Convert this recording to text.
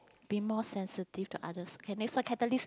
be more sensitive to others can they so catalyst